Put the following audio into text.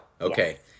Okay